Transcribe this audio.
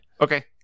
Okay